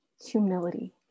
humility